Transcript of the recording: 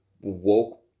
woke